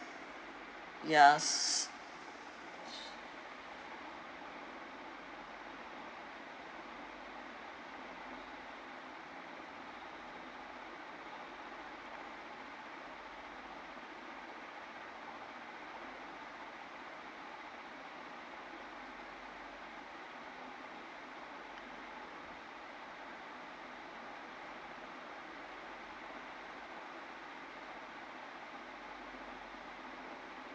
yeah